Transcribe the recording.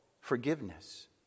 forgiveness